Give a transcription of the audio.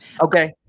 Okay